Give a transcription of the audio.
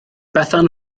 bethan